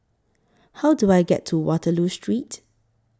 How Do I get to Waterloo Street